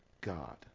god